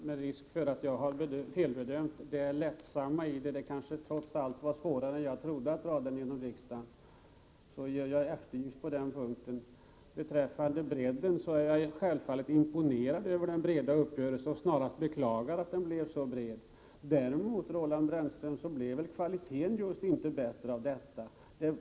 Herr talman! Jag har kanske felbedömt det lättsamma i arbetet. Det kanske trots allt var svårare att dra förslaget genom riksdagen än jag trodde. Jag kan ta tillbaka mitt påstående i det avseendet. Beträffande bredden på uppgörelsen är jag självfallet imponerad över hur bred den är, och jag beklagar snarast att den blev så bred. Däremot, Roland Brännström, blev väl kvaliteten just inte bättre av detta.